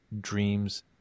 dreams